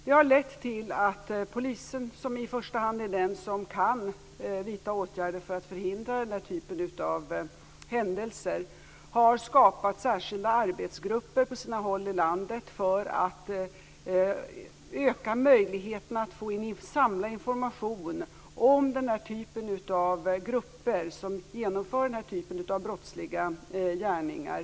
Det har lett till att polisen, som i första hand är den som kan vidta åtgärder för att förhindra den här typen av händelser, har skapat särskilda arbetsgrupper på sina håll i landet för att öka möjligheterna att samla information om de grupper som genomför den här typen av brottsliga gärningar.